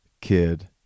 kid